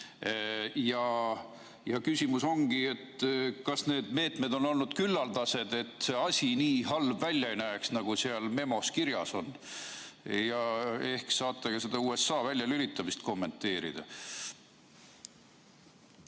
Küsimus ongi, et kas need meetmed on olnud küllaldased, et see asi nii halb välja ei näeks, nagu seal memos kirjas on. Ehk saate ka USA väljalülitamist kommenteerida?